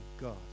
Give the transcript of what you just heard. God